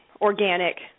organic